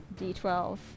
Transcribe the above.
d12